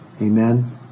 Amen